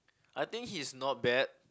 I think he's not bad